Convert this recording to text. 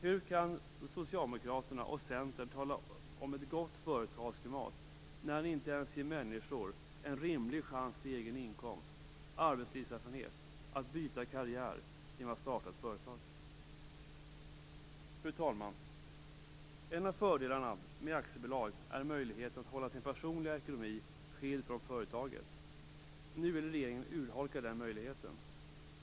Hur kan ni socialdemokrater och centerpartister tala om ett gott företagsklimat när ni inte ens ger människor en rimlig chans till egen inkomst och arbetslivserfarenhet samt till att byta karriär genom att starta ett företag? Fru talman! En av fördelarna med aktiebolag är möjligheten att hålla sin personliga ekonomi skild från företagets. Nu vill regeringen urholka den möjligheten.